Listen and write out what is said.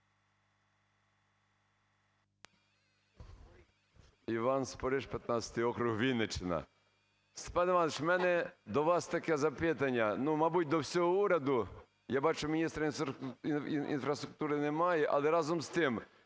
Іван Спориш, 15 округ, Вінниччина. Степан Іванович, у мене до вас таке запитання. Ну, мабуть, до всього уряду. Я бачу, міністра інфраструктури немає. Але разом з тим…